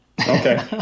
Okay